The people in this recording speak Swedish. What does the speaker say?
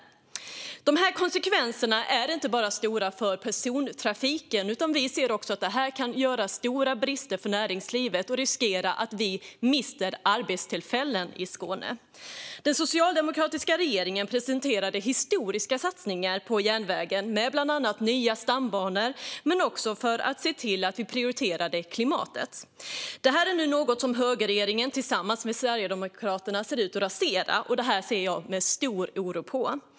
Konsekvenserna av att inte bygga ut är inte bara stora för persontrafiken; vi ser också att det kan medföra stora brister för näringslivet och göra att vi riskerar att mista arbetstillfällen i Skåne. Den socialdemokratiska regeringen presenterade historiska satsningar på järnvägen med bland annat nya stambanor, inte minst för att prioritera klimatet. Detta ser nu högerregeringen tillsammans med Sverigedemokraterna ut att rasera, och det ser jag med stor oro på.